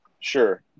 Sure